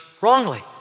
wrongly